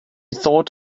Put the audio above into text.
thought